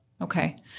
Okay